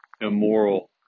immoral